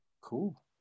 Cool